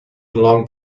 long